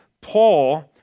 Paul